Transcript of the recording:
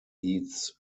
eats